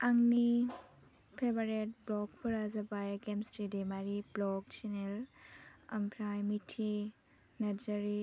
आंनि फेभारेट ब्ल'गफोरा जाबाय गेमस्रि दैमारि ब्ल'ग चेनेल ओमफ्राय मिथि नारजारि